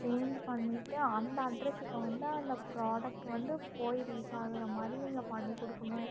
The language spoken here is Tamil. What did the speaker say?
சேஞ்சு பண்ணிட்டு அந்த அட்ரஸுக்கு வந்து அந்த ப்ரோடக்ட் வந்து போய் ரீச் ஆகிற மாதிரி நீங்கள் பண்ணிக் கொடுக்கணும்